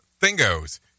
thingos